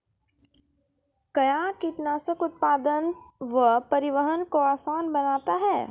कया कीटनासक उत्पादन व परिवहन को आसान बनता हैं?